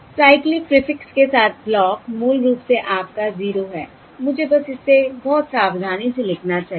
cyclic prefix के साथ block मूल रूप से आपका 0 है मुझे बस इसे बहुत सावधानी से लिखना चाहिए